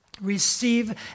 receive